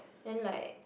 then like